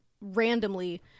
randomly